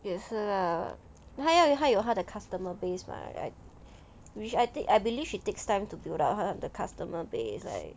也是啦他要有他有他的 customer base mah right which I think I believe it takes time to build up 他的 customer base leh